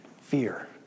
Fear